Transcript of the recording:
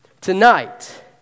Tonight